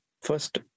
First